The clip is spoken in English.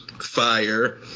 fire